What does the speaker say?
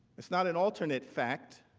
it's not an alternate fact,